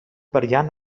variant